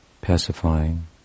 pacifying